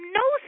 no